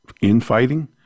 infighting